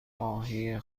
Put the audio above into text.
ماهی